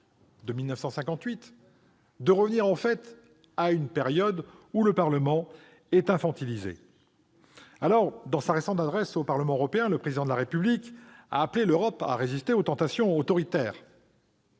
de 1958, à une période où le Parlement était infantilisé. Dans sa récente adresse au Parlement européen, le Président de la République a appelé l'Europe à résister aux tentations autoritaires.